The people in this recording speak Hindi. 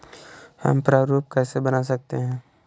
हम प्रारूप कैसे बना सकते हैं?